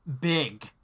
big